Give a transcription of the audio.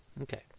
Okay